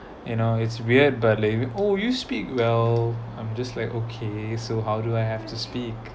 you know it's weird but like oh you speak well I'm just like okay so how do I have to speak